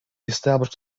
established